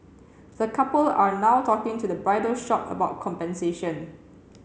the couple are now talking to the bridal shop about compensation